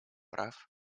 прав